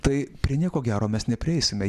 tai prie nieko gero mes neprieisime